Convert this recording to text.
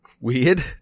weird